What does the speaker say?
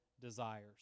desires